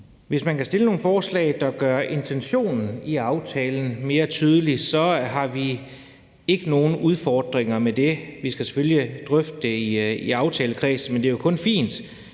Hvis man kan stille nogle forslag, der gør intentionen i aftalen mere tydelig, har vi ikke nogen udfordringer med det. Vi skal selvfølgelig drøfte det i aftalekredsen, men det er kun fint,